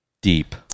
deep